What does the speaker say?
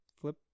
flip